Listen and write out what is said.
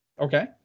Okay